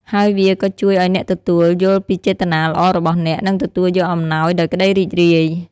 ហើយវាក៏ជួយឲ្យអ្នកទទួល យល់ពីចេតនាល្អរបស់អ្នក និងទទួលយកអំណោយដោយក្ដីរីករាយ។